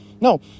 No